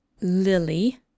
Lily